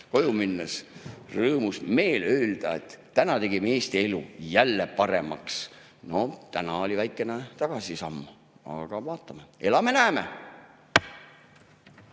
koju minnes rõõmus meel ja saaks öelda, et tegime Eesti elu jälle paremaks. Noh, täna oli väikene tagasisamm, aga vaatame. Elame, näeme.